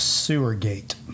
sewergate